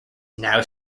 now